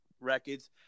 records